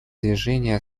движение